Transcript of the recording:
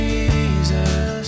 Jesus